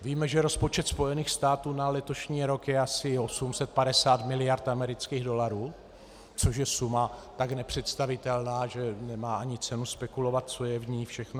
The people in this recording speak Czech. Víme, že rozpočet Spojených států na letošní rok je asi 850 mld. amerických dolarů, což je suma tak nepředstavitelná, že nemá ani cenu spekulovat, co je v ní všechno zahrnuto.